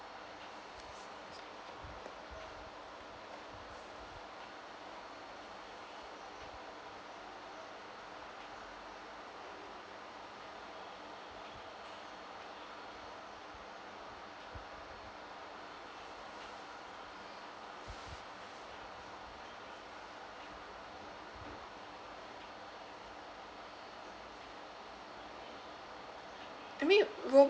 to me ro~